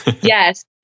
Yes